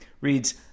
Reads